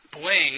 bling